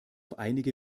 einige